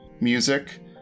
music